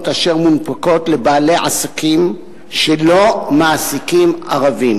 אשר מונפקות לבעלי עסקים שלא מעסיקים ערבים.